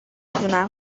دونم